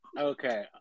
Okay